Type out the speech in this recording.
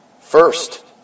First